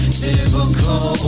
typical